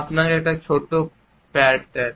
আপনাকে একটি ছোট প্যাট দেন